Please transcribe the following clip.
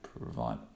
provide